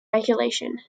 relegation